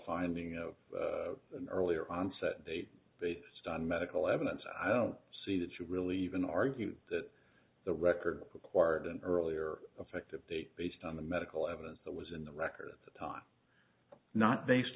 finding of an earlier onset date based on medical evidence i don't see that you really even argue that the record required an earlier effective date based on the medical evidence that was in the record at the time not based